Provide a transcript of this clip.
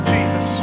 Jesus